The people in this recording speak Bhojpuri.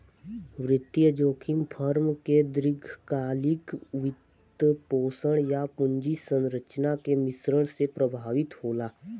वित्तीय जोखिम फर्म के दीर्घकालिक वित्तपोषण, या पूंजी संरचना के मिश्रण से प्रभावित होला